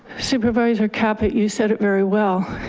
supervisor caput, you said it very well.